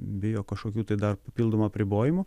bijo kažkokių tai dar papildomų apribojimų